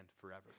forever